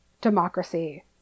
democracy